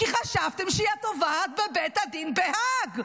כי חשבתם שהיא התובעת בבית הדין בהאג.